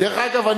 דרך אגב,